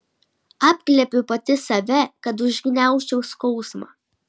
apglėbiu pati save kad užgniaužčiau skausmą